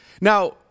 Now